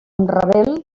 ravel